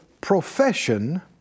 profession